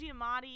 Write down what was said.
Giamatti